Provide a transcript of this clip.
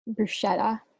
bruschetta